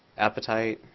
appetite.